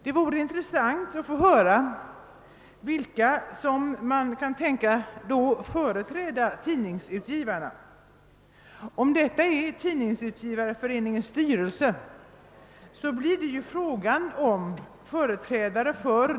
Det vore intressant att få höra vem man har tänkt sig då skall företräda tidningsutgivarna. Är det Tidningsutgivareföreningens styrelse blir det ju fråga om företrädare för.